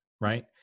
right